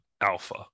Alpha